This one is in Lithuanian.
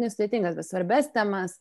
nesudėtingas bet svarbias temas